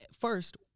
first